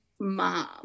mom